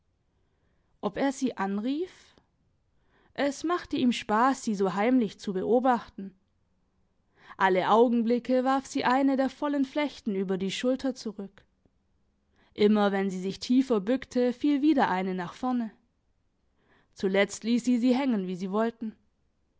ob er sie anrief es machte ihm spass sie so heimlich zu beobachten alle augenblicke warf sie eine der vollen flechten über die schulter zurück immer wenn sie sich tiefer bückte fiel wieder eine nach vorne zuletzt liess sie sie hängen wie sie wollten